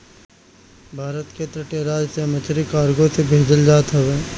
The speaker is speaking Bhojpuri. भारत के तटीय राज से मछरी कार्गो से भेजल जात हवे